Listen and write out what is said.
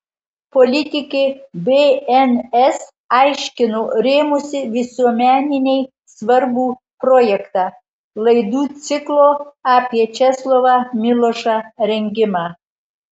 politikė bns aiškino rėmusi visuomeninei svarbų projektą laidų ciklo apie česlovą milošą rengimą